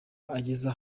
ageze